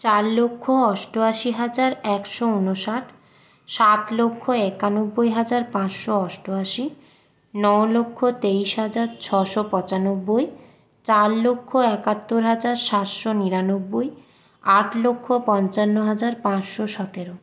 চার লক্ষ অষ্টআশি হাজার একশো ঊনষাট সাত লক্ষ একানব্বই হাজার পাঁচশো অষ্টআশি ন লক্ষ তেইশ হাজার ছশো পঁচানব্বই চার লক্ষ একাত্তর হাজার সাতশো নিরানব্বই আট লক্ষ পঞ্চান্ন হাজার পাঁচশো সতেরো